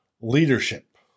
Leadership